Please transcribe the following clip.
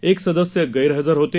एक सदस्य गैरहजर होते